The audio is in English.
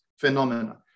phenomena